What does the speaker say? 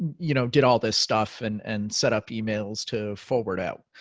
you know did all this stuff and and set up emails to forward out.